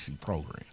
program